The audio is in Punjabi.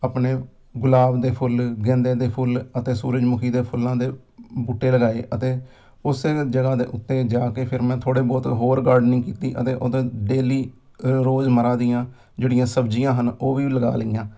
ਆਪਣੇ ਗੁਲਾਬ ਦੇ ਫੁੱਲ ਗੈਂਦੇ ਦੇ ਫੁੱਲ ਅਤੇ ਸੂਰਜਮੁਖੀ ਦੇ ਫੁੱਲਾਂ ਦੇ ਬੂਟੇ ਲਗਾਏ ਅਤੇ ਉਸ ਜਗ੍ਹਾ ਦੇ ਉੱਤੇ ਜਾ ਕੇ ਫਿਰ ਮੈਂ ਥੋੜ੍ਹੇ ਬਹੁਤ ਹੋਰ ਗਾਰਡਨਿੰਗ ਕੀਤੀ ਅਤੇ ਉਹਦੇ ਡੇਲੀ ਰੋਜ਼ ਮਰਾ ਦੀਆਂ ਜਿਹੜੀਆਂ ਸਬਜ਼ੀਆਂ ਹਨ ਉਹ ਵੀ ਲਗਾ ਲਈਆਂ